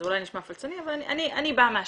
זה אולי נשמע פלצני, אבל אני באה מהשטח.